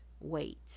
wait